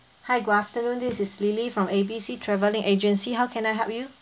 hi good afternoon this is lily from A B C travelling agency how can I help you